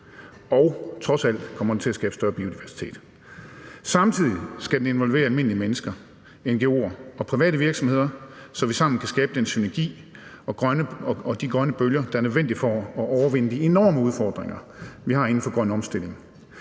til trods alt at skabe større biodiversitet. Samtidig skal den involvere almindelige mennesker, ngo'er og private virksomheder, så vi sammen kan skabe den synergi og de grønne bølger, der er nødvendige for at overvinde de enorme udfordringer, vi har inden for grøn omstilling.